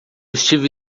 estive